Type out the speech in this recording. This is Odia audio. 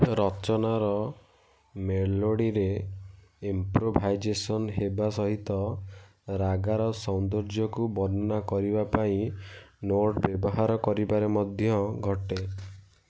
ରଚନାର ମେଲୋଡ଼ିରେ ଇମ୍ପ୍ରୋଭାଇଜେସନ୍ ହେବା ସହିତ ରାଗାର ସୌନ୍ଦର୍ଯ୍ୟକୁ ବର୍ଣ୍ଣନା କରିବା ପାଇଁ ନୋଟ୍ ବ୍ୟବହାର କରିବାରେ ମଧ୍ୟ ଘଟେ